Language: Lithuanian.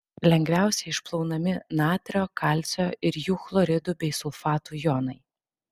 lengviausiai išplaunami natrio kalcio ir jų chloridų bei sulfatų jonai